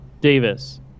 Davis